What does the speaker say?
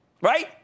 right